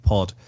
Pod